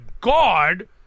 God